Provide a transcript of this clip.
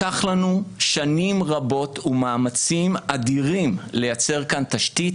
לקח לנו שנים רבות ומאמצים אדירים לייצר כאן תשתית